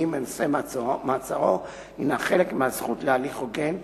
בנושא מעצרו היא חלק מהזכות להליך הוגן,